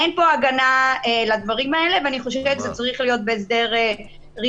אין פה הגנה לדברים האלה ואני חושבת שזה צריך להיות בהסדר ראשוני.